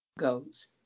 Goes